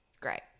Great